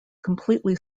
completely